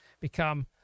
become